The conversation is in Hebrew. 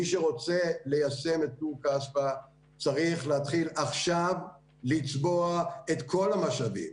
מי שרוצה ליישם את טור-כספא צריך להתחיל עכשיו לצבוע את כל המשאבים,